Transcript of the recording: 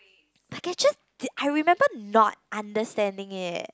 like I just did I remember not understanding it